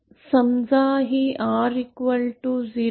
समजा ही R0